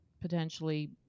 potentially